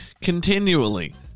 continually